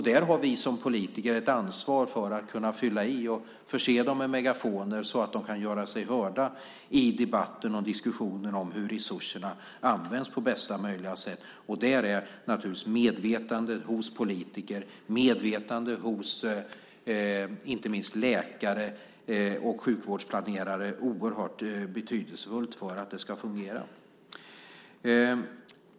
Där har vi som politiker ett ansvar för att kunna fylla i och förse dem med megafoner så att de kan göra sig hörda i debatten och diskussionen om hur resurserna används på bästa möjliga sätt. Där är naturligtvis politikers och inte minst läkares och sjukvårdsplanerares medvetande oerhört betydelsefullt för att det ska fungera.